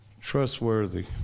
trustworthy